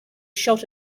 shot